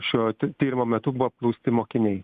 šio t tyrimo metu buvo apklausti mokiniai